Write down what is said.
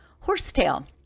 horsetail